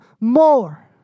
more